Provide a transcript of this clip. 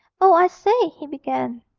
oh, i say he began,